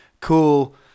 cool